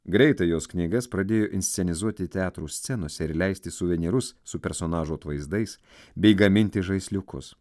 greitai jos knygas pradėjo inscenizuoti teatrų scenose ir leisti suvenyrus su personažų atvaizdais bei gaminti žaisliukus